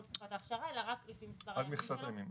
תקופת ההכשרה אלא רק לפי מספר הימים שלו.